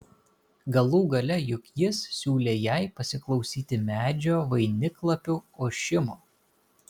galų gale juk jis siūlė jai pasiklausyti medžio vainiklapių ošimo